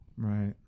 Right